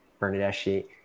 Bernadeschi